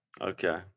Okay